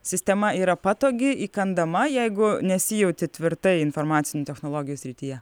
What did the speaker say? sistema yra patogi įkandama jeigu nesijauti tvirtai informacinių technologijų srityje